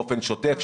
באופן שוטף,